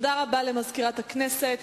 תודה רבה לסגנית מזכיר הכנסת.